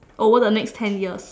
over the next ten years